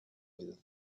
with